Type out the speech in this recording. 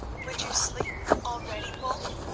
would you sleep already, wulf,